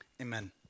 amen